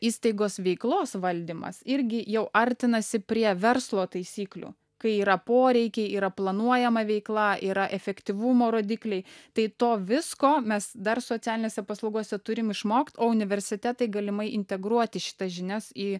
įstaigos veiklos valdymas irgi jau artinasi prie verslo taisyklių kai yra poreikiai yra planuojama veikla yra efektyvumo rodikliai tai to visko mes dar socialinėse paslaugose turim išmokt o universitetai galimai integruoti šitas žinias į